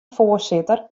foarsitter